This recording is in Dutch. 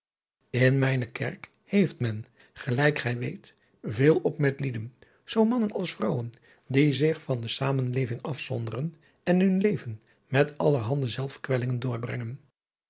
in mijne kerk heeft men gelijk gij weet veel op met lieden zoo mannen als vrouwen die zich van de zamenleving afzonderen en hun leven met allerhande zelfkwellingen doorbrengen